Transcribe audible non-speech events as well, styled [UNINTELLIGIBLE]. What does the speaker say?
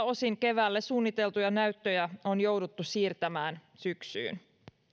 [UNINTELLIGIBLE] osin keväälle suunniteltuja näyttöjä on jouduttu siirtämään syksyyn